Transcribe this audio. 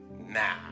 now